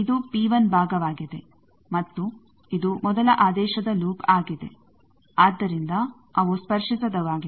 ಇದು P1 ಭಾಗವಾಗಿದೆ ಮತ್ತು ಇದು ಮೊದಲ ಆದೇಶದ ಲೂಪ್ ಆಗಿದೆ ಆದ್ದರಿಂದ ಅವು ಸ್ಪರ್ಶಿಸದವಾಗಿವೆ